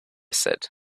said